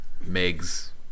Meg's